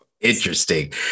interesting